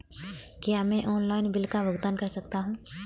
क्या मैं online bill का भुगतान कर सकता हूँ?